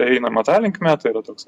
ir einama ta linkme tai yra toks